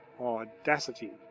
AUDACITY